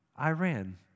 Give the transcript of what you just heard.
Iran